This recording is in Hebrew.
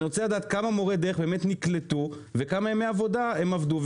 אני רוצה לדעת כמה מורי דרך באמת נקלטו וכמה ימי עבודה הם עבדו.